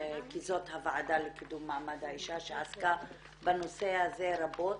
כי זאת הוועדה לקידום מעמד האישה שעסקה בנושא הזה רבות,